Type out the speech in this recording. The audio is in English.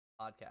Podcast